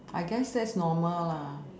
I guess that's normal lah